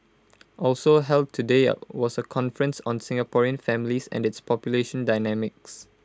also held today was A conference on Singaporean families and its population dynamics